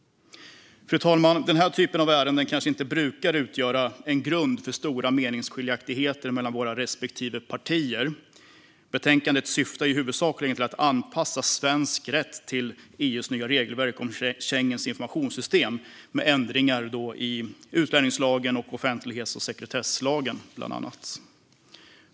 Fru talman! Den här typen av ärende kanske inte brukar utgöra en grund för stora meningsskiljaktigheter mellan våra respektive partier. Betänkandet syftar ju huvudsakligen till att anpassa svensk rätt till EU:s nya regelverk om Schengens informationssystem med ändringar i bland annat utlänningslagen och offentlighets och sekretesslagen.